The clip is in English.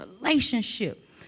relationship